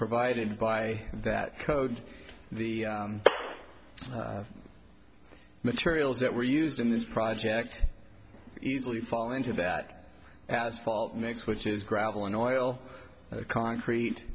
provided by that code the materials that were used in this project easily fall into that asphalt mix which is gravel in oil concrete